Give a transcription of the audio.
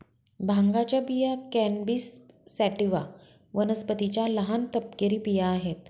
भांगाच्या बिया cannabis sativa वनस्पतीच्या लहान, तपकिरी बिया आहेत